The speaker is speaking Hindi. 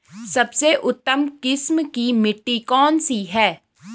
सबसे उत्तम किस्म की मिट्टी कौन सी है?